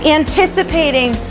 anticipating